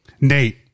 Nate